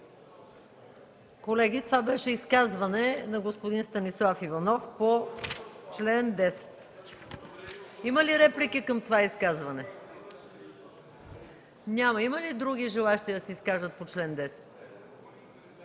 Колеги, това беше изказване на господин Станислав Иванов по чл. 10. Има ли реплики към това изказване? Няма. Има ли други желаещи да се изкажат по чл. 10?